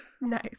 Nice